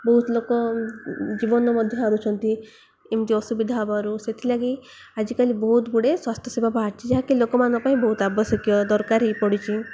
ବହୁତ ଲୋକ ଜୀବନ ମଧ୍ୟ ହାରୁଛନ୍ତି ଏମିତି ଅସୁବିଧା ହବାରୁ ସେଥିଲାଗି ଆଜିକାଲି ବହୁତ ଗୁଡ଼େ ସ୍ୱାସ୍ଥ୍ୟ ସେବା ବାହାରିଛି ଯାହାକି ଲୋକଙ୍କ ପାଇଁ ବହୁତ ଆବଶ୍ୟକୀୟ ଦରକାର ହେଇ ପଡ଼ୁଛି